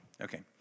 Okay